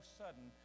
sudden